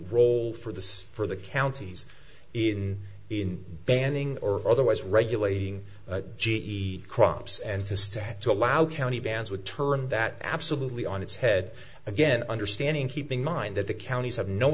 role for this for the counties in in banning or otherwise regulating g e crops and to stand to allow county bans would turn that absolutely on its head again understanding keep in mind that the counties have no